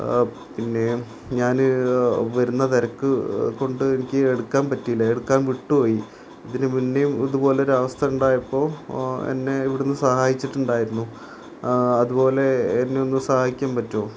പിന്നെ ഞാന് വരുന്ന തിരക്ക് കൊണ്ട് എനിക്ക് എടുക്കാൻ പറ്റിയില്ല എടുക്കാൻ വിട്ടുപോയി ഇതിന് മുന്നേ ഇതുപോലൊരു അവസ്ഥ ഉണ്ടായപ്പോള് എന്നെ ഇവിടുന്ന് സഹായിച്ചിട്ടുണ്ടായിരുന്നു അതുപോലെ എന്നെ ഒന്ന് സഹായിക്കാൻ പറ്റുമോ